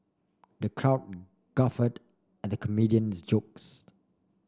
the crowd guffawed at the comedian's jokes